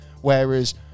Whereas